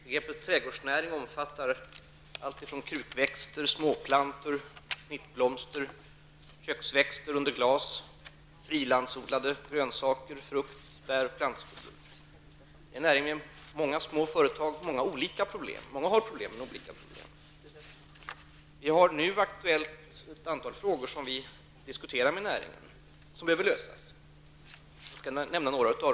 Begreppet trädgårdsnäring omfattar allt ifrån krukväxter, småplantor, snittblomster, köksväxter under glas, frilandsodlade grönsaker, frukt och bär, plantskolor, osv. Det är en näring med många små företag och många olika problem, och många har problem. Det finns nu ett antal aktuella frågor som vi diskuterar med näringen och som behöver lösas. Jag skall nämna några av dem.